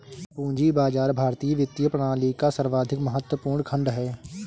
पूंजी बाजार भारतीय वित्तीय प्रणाली का सर्वाधिक महत्वपूर्ण खण्ड है